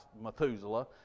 Methuselah